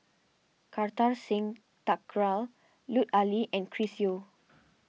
Kartar Singh Thakral Lut Ali and Chris Yeo